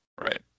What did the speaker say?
Right